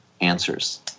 answers